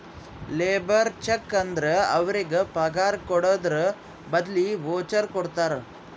labour cheque ಅಂದುರ್ ಅವ್ರಿಗ ಪಗಾರ್ ಕೊಡದ್ರ್ ಬದ್ಲಿ ವೋಚರ್ ಕೊಡ್ತಾರ